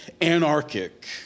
anarchic